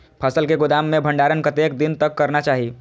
फसल के गोदाम में भंडारण कतेक दिन तक करना चाही?